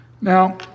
Now